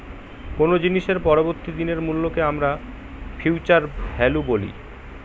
কোনো জিনিসের পরবর্তী দিনের মূল্যকে আমরা ফিউচার ভ্যালু বলি